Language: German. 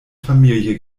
familie